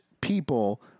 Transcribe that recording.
people